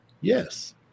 Yes